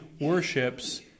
worships